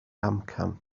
amcan